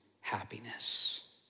happiness